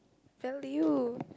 value